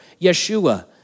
Yeshua